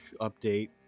update